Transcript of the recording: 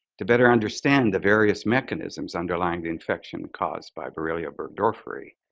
to better understand the various mechanisms underlying the infection caused by borrelia burgdorferi,